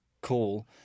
call